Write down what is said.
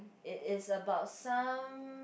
it is about some